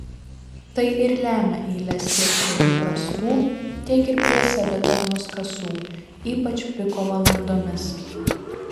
tai ir lemia eiles tiek prie įprastų tiek ir prie savitarnos kasų ypač piko valandomis